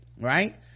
right